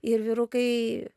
ir vyrukai